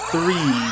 Three